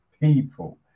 people